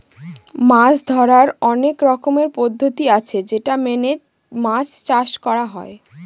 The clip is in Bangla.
মাছ ধরার অনেক রকমের পদ্ধতি আছে যেটা মেনে মাছ চাষ করা হয়